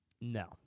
No